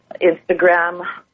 Instagram